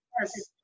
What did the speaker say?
Yes